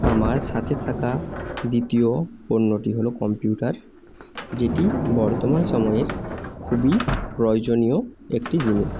আমার সাথে থাকা দ্বিতীয় পণ্যটি হলো কম্পিউটার যেটি বর্তমান সময়ের খুবই প্রয়োজনীয় একটি জিনিস